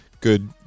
good